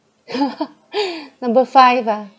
number five ah